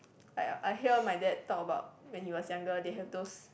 I I hear my dad talk about when he was younger they have those